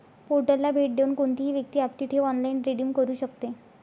पोर्टलला भेट देऊन कोणतीही व्यक्ती आपली ठेव ऑनलाइन रिडीम करू शकते